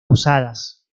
posadas